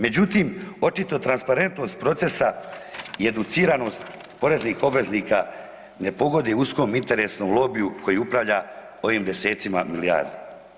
Međutim, očito transparentnost procesa i educiranost poreznih obveznika ne pogoduje uskom interesnom lobiju koji upravlja ovim desetcima milijardi.